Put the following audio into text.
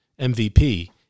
MVP